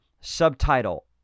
Subtitle